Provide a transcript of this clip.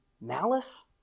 Malice